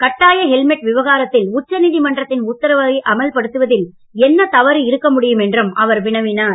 கட்டாய ஹெல்மெட் விவகாரத்தில் உச்ச நீதிமன்றத்தின் உத்தரவை அமல்படுத்துவதில் என்ன தவறு இருக்க முடியும் என்றும் அவர் வினவினார்